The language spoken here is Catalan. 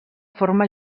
forma